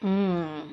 mm